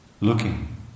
looking